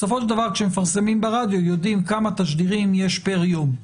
בסופו של דבר כשמפרסמים ברדיו יודעים כמה תשדירים יש פר יום,